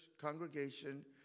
congregation